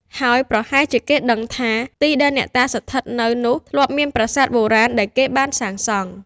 ហើយប្រហែលជាគេដឹងថា ទីដែលអ្នកតាស្ថិតនៅនោះ ធ្លាប់មានប្រាសាទបុរាណដែលគេបានសាងសង់។